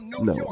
no